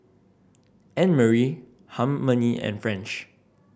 Annmarie Harmony and French